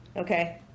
okay